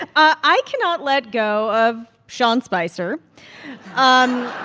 and i cannot let go of sean spicer um